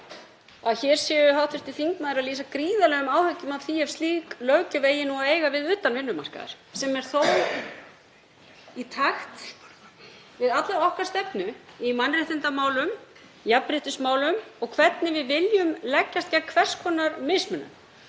að hér sé hv. þingmaður að lýsa gríðarlegum áhyggjum af því ef slík löggjöf eigi að eiga við utan vinnumarkaðar. Það er þó í takt við alla okkar stefnu í mannréttindamálum, í jafnréttismálum og hvernig við viljum leggjast gegn hvers konar mismunun.